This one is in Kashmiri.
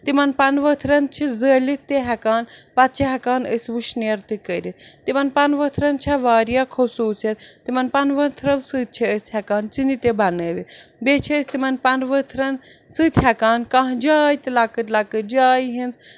تِمَن پَنہٕ ؤتھرَن چھِ زلِتھ تہِ ہٮ۪کان پَتہٕ چھِ ہٮ۪کان تِم وُشنیر تہِ کٔرِتھ تِمَن پَنہٕ ؤتھرَن چھےٚ واریاہ خصوٗصِیت تِمَن پَنہٕ ؤتھرَن سۭتۍ چھِ أسۍ ہٮ۪کا ژِنہِ تہِ بَنٲوِتھ بیٚیہِ چھِ أسۍ تِمَن پَنہٕ ؤتھرَن سۭتۍ ہٮ۪کان کانہہ جاے تہِ لَکٔٹ لَکٔٹ جاے ۂندۍ